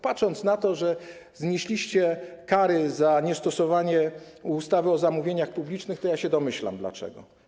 Patrząc na to, że znieśliście kary za niestosowanie ustawy o zamówieniach publicznych, ja się domyślam dlaczego.